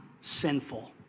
sinful